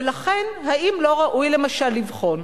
ולכן, האם לא ראוי, למשל, לבחון,